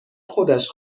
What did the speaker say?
خودش